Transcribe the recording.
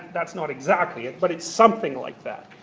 that's not exactly it, but it's something like that.